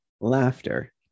Laughter